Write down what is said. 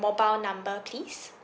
mobile number please